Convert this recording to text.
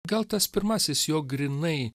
gal tas pirmasis jo grynai